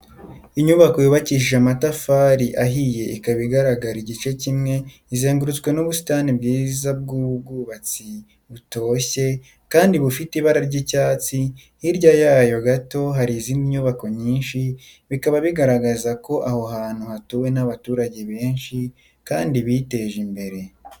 Inyubako yubakishije amatafari ahiye ikaba igaragara igice kimwe, izengurutswe n'ubusitani bwiza bw'ubwatsi butoshye kandi bufite ibara ry'icyatsi, hirya yayo gato hari izindi nyubako nyinshi, bikaba bigaragaza ko aho hantu hatuwe n'abaturage benshi kandi biteje imbere.